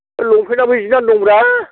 लंफेनाबो जिना दं ब्रा